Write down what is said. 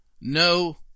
no